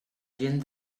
gent